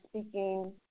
speaking